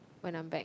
when I'm back